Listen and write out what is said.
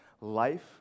life